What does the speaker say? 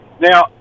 Now